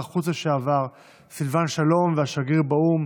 החוץ לשעבר סילבן שלום והשגריר באו"ם